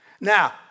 Now